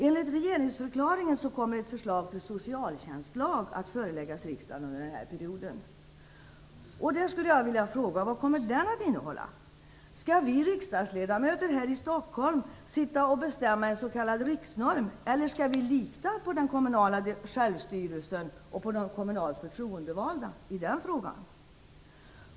Enligt regeringsförklaringen kommer ett förslag till socialtjänstlag att föreläggas riksdagen under den här perioden. Jag skulle vilja fråga vad den kommer att innehålla. Skall vi riksdagsledamöter här i Stockholm sitta och bestämma en s.k. riksnorm eller skall vi lita på den kommunala självstyrelsen och på de kommunalt förtroendevalda i den frågan?